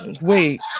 wait